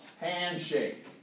handshake